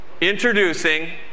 Introducing